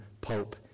pope